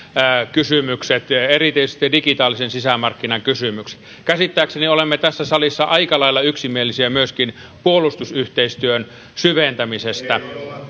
kysymykset erityisesti digitaalisen sisämarkkinan kysymykset käsittääkseni olemme tässä salissa aika lailla yksimielisiä myöskin puolustusyhteistyön syventämisestä